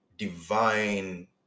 divine